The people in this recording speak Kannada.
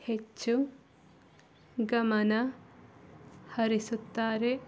ಹೆಚ್ಚು ಗಮನ ಹರಿಸುತ್ತಾರೆ